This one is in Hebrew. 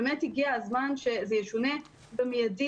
באמת הגיע הזמן שזה ישונה מידית.